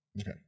Okay